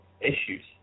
issues